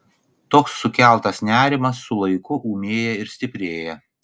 toks sukeltas nerimas su laiku ūmėja ir stiprėja